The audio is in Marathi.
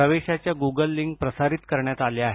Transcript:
प्रवेशाच्या गुगल लिंक प्रसारित करण्यात आल्या आहेत